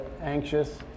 anxious